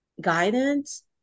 guidance